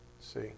See